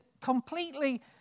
completely